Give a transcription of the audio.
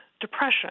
depression